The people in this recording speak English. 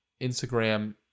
instagram